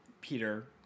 Peter